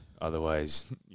Otherwise